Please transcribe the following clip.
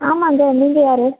ஆமாம்ங்க நீங்கள் யார்